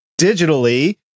digitally